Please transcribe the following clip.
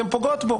אתן פוגעות בו.